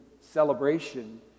celebration